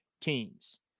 teams